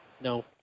No